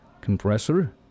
compressor